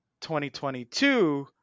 2022